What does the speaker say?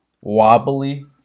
wobbly